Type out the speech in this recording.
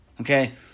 Okay